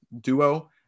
duo